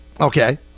Okay